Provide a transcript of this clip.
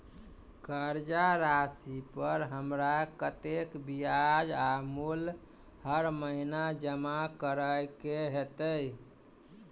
कर्जा राशि पर हमरा कत्तेक ब्याज आ मूल हर महीने जमा करऽ कऽ हेतै?